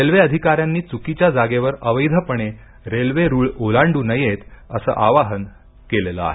railway अधिकऱ्यांनी चुकीच्या जागेवर अवैधपणे रेल्वे रूळ ओलांडू नयेत असं आवाहन केलं आहे